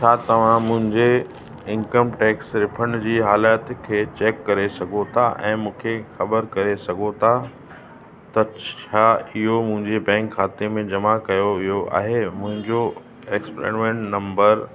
छा तव्हां मुंहिंजे इनकम टैक्स रिफंड जी हालति खे चेक करे सघो था ऐं मूंखे ख़बरु करे सघो था त छा इहो मुंहिंजे बैंक खाते में जमा कयो वियो आहे मुंहिंजो एक्स्पेरमेंट नम्बर